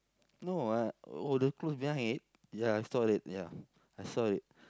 no what oh the clothes behind it ya I saw it ya I saw it